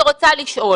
אני רוצה לשאול.